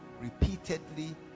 repeatedly